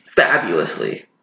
fabulously